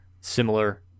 similar